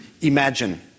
imagine